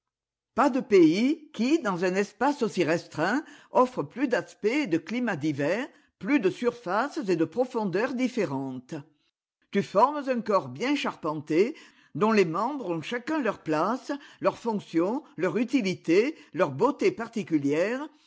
pas de pays qui dans un espace aussi restreint offre plus d'aspects et de climats divers plus de surfaces et de profondeurs différentes tu formes un corps bien charpenté dont les membres ont chacun leur place leur fonction leur utilité leur beauté particulière